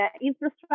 infrastructure